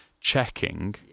checking